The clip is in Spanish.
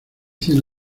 cien